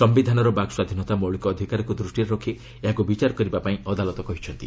ସମ୍ଭିଧାନର ବାକ୍ସ୍ୱାଧୀନତା ମୌଳିକ ଅଧିକାରକୁ ଦୃଷ୍ଟିରେ ରଖି ଏହାକୁ ବିଚାର କରିବାପାଇଁ ଅଦାଲତ କହିଛନ୍ତି